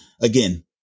again